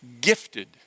gifted